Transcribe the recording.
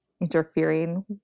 interfering